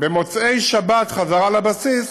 במוצאי שבת בחזרה לבסיס